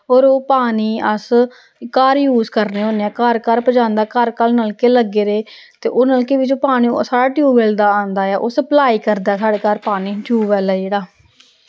होर ओह् पानी अस घर यूस करने होन्ने घर घर पजांदा घर घर नलके लग्गे दे ते ओह् नलके बिच्च पानी साढ़ा टयूबवैल दा आंदा ऐ ओह् सप्लाई करदा साढ़े घर पानी टयूबवैल ऐ जेह्ड़ा